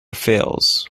fails